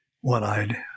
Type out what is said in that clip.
one-eyed